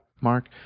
Mark